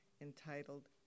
entitled